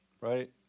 right